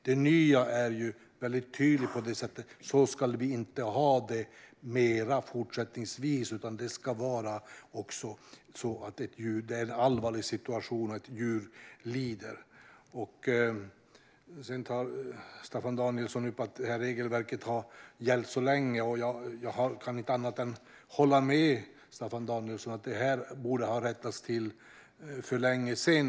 Det nya är väldigt tydligt på det sättet: Så ska vi inte ha det fortsättningsvis, utan det ska vara en allvarlig situation och att ett djur lider för att den åtgärden ska vidtas. Staffan Danielsson tar upp att det här regelverket har gällt länge, och jag kan inte annat än hålla med Staffan Danielsson om att det här borde ha rättats till för länge sedan.